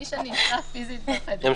בגלל שאני נמצאת פיזית בחדר.